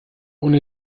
ohne